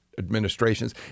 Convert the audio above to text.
administrations